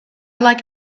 like